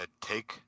take